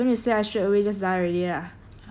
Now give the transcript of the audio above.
fight that one horse-sized otter right